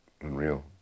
Unreal